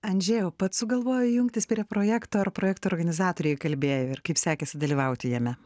andžejau pats sugalvojai jungtis prie projekto ar projekto organizatoriai įkalbėjo ir kaip sekėsi dalyvauti jame